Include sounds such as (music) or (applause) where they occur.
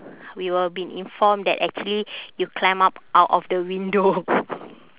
we were been informed that actually you climb up out of the window (noise)